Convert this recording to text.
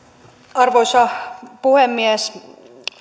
arvoisa puhemies